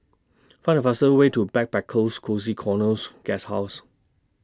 Find The fastest Way to Backpackers Cozy Corners Guesthouse